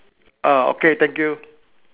ah okay thank you